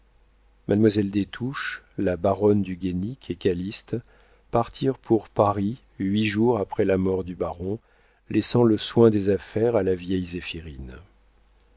mademoiselle des touches la baronne du guénic et calyste partirent pour paris huit jours après la mort du baron laissant le soin des affaires à la vieille